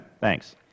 Thanks